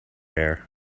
air